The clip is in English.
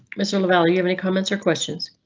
mr. lavalley. you have any comments or questions.